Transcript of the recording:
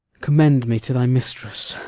commend me to thy mistress.